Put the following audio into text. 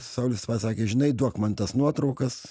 saulius pasakė žinai duok man tas nuotraukas